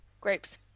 Grapes